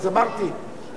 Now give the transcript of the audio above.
אז אמרתי,